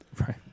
Right